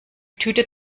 tüte